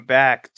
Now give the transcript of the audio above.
back